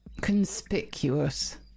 conspicuous